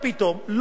לא יודע,